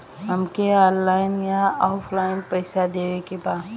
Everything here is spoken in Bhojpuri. हमके ऑनलाइन या ऑफलाइन पैसा देवे के बा?